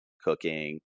cooking